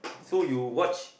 so you watch